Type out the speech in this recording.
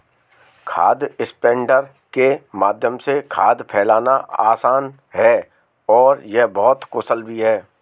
खाद स्प्रेडर के माध्यम से खाद फैलाना आसान है और यह बहुत कुशल भी है